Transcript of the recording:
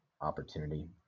opportunity